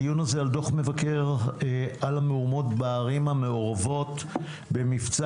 הדיון הזה על דוח המבקר על המהומות בערים המעורבות במבצע